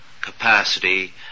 capacity